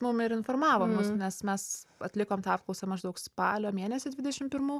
mum ir informavo mus nes mes atlikom tą apklausą maždaug spalio mėnesį dvidešim pirmų